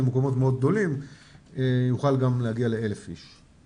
למקומות מאוד גדולים יוכל גם להגיע ל-1,000 איש.